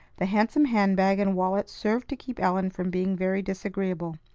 the handsome hand-bag and wallet served to keep ellen from being very disagreeable.